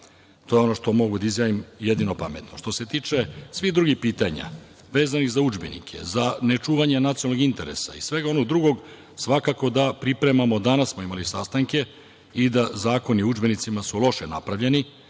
To je ono što mogu da izjavim jedino pametno. Što se tiče svih drugih pitanja vezanih za udžbenike, za nečuvanje nacionalnog interesa i svega onog drugog, svakako da pripremamo, danas smo imali sastanke i da su zakoni o udžbenicima loše napravljeni.